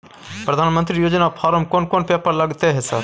प्रधानमंत्री योजना फारम कोन कोन पेपर लगतै है सर?